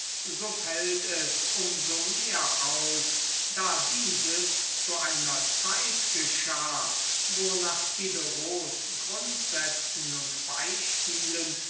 so fällt es um so mehr auf da dieses zu einer zeit geschah wo nach diderots grundsätzen und beispielen